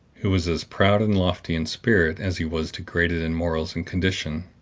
who was as proud and lofty in spirit as he was degraded in morals and condition,